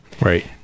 right